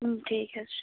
ٹھیٖک حظ چھُ